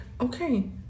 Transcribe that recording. okay